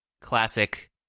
classic